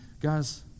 Guys